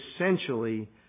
essentially